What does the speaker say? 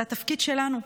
זה התפקיד שלנו,